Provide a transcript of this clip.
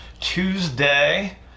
Tuesday